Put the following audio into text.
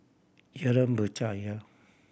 Jalan Berjaya